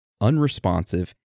unresponsive